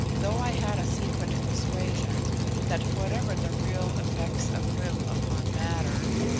though i had a secret persuasion that, whatever the real effects of vril upon matter,